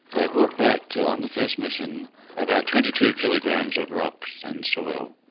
they brought back on the first mission about twenty two kilograms of rocks and soil.